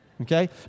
Okay